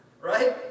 Right